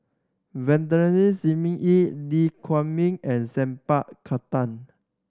Shi Ming Yi Lee Huei Min and Saint Pa Khattar